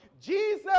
Jesus